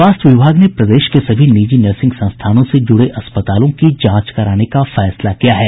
स्वास्थ्य विभाग ने प्रदेश के सभी निजी नर्सिंग संस्थानों से जुड़े अस्पतालों की जांच कराने का फैसला किया है